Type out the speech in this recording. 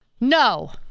No